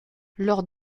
lors